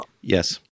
Yes